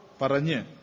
Paranya